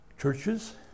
churches